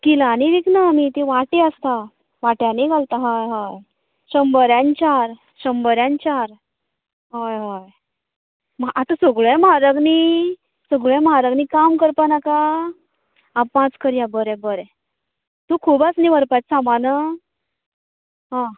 किलांनी विकना आमी तीं वाटें आसता वाट्यांनी घालता हय हय शंबरान चार शंबरान चार होय होय म्हा आतां सगळ्याक म्हारग न्ही सगळें म्हारग न्ही काम करपा नाका आं पांच करया बरें बरें तुक खूब आसा न्ही व्हरपा सामान हां